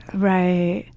right,